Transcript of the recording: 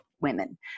women